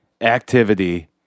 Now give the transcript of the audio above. Activity